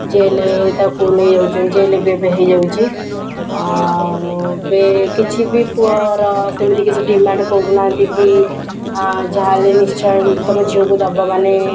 jail ତାକୁ ନେଇ ଯାଉଛନ୍ତି ଜେଲ୍ ବି ଏବେ ହେଇଯାଉଛି ଆଉ ଏବେ କିଛି ବି ପୁଅର ସେମିତି କିଛି ଡିମାଣ୍ଡ୍ କରୁନାହାନ୍ତି କି ଯାହାହେଲେ ନିଶ୍ଚୟ ତମ ଝିଅକୁ ଦେବ ମାନେ